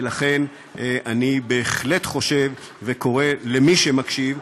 ולכן אני בהחלט חושב וקורא למי שמקשיב,